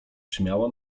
brzmiała